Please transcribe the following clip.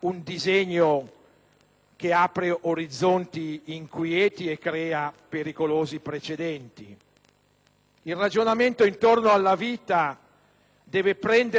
che apre orizzonti inquieti e crea pericolosi precedenti. Il ragionamento intorno alla vita deve prendere spinta